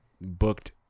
booked